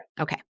Okay